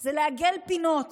זה לעגל פינות